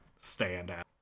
standout